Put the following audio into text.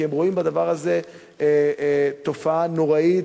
כי הם רואים בדבר הזה תופעה נוראית,